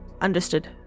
Understood